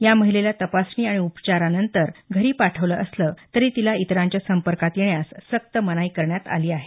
या महिलेला तपासणी आणि उपचारानंतर घरी पाठवलं असलं तरी तिला इतरांच्या संपर्कात येण्यास सक्त मनाई करण्यात आली आहे